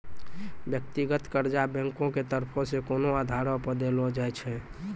व्यक्तिगत कर्जा बैंको के तरफो से कोनो आधारो पे देलो जाय छै